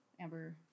amber